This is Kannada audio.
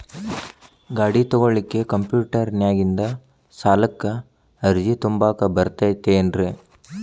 ಗಾಡಿ ತೊಗೋಳಿಕ್ಕೆ ಕಂಪ್ಯೂಟೆರ್ನ್ಯಾಗಿಂದ ಸಾಲಕ್ಕ್ ಅರ್ಜಿ ತುಂಬಾಕ ಬರತೈತೇನ್ರೇ?